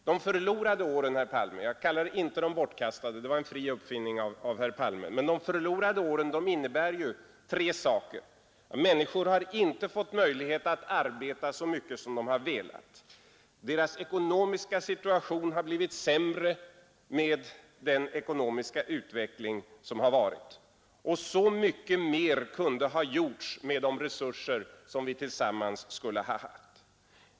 De förlorade åren, herr Palme — jag kallade dem inte de bortkastade, utan det är en fri uppfinning av herr Palme — innebär ju tre saker: människor har inte fått möjlighet att arbeta så mycket som de har velat, deras ekonomiska situation har blivit sämre med den ekonomiska utveckling som ägt rum och så mycket mer kunde ha gjorts med de resurser som vi tillsammans skulle ha haft.